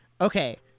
okay